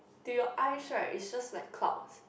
to your eyes right it's just like clouds